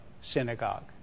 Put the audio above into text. Synagogue